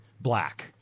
black